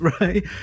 right